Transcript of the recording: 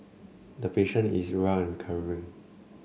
the patient is well and recovering